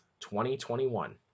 2021